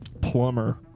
Plumber